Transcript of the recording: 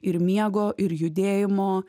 ir miego ir judėjimo